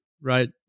Right